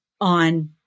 on